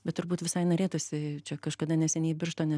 bet turbūt visai norėtųsi čia kažkada neseniai birštone